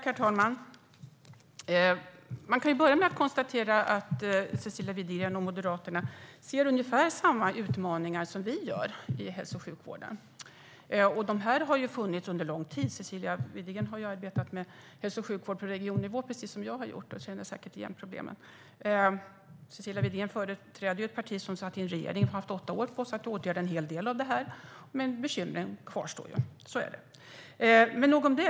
Herr talman! Jag kan börja med att konstatera att Cecilia Widegren och Moderaterna ser ungefär samma utmaningar som vi ser i hälso och sjukvården, och de har funnits under lång tid. Cecilia Widegren har arbetat med hälso och sjukvård på regionnivå precis som jag har gjort och känner säkert igen problemen. Cecilia Widegren företräder ett parti som har suttit i regering och har haft åtta år på sig att åtgärda en hel del av detta. Men bekymren kvarstår. Så är det. Nog om det.